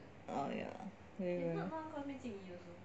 oh ya